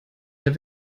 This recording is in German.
der